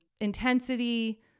intensity